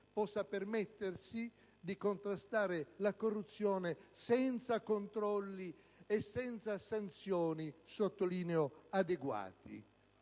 possa permettersi di contrastare la corruzione senza controlli e senza sanzioni, sottolineo, adeguati.